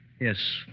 Yes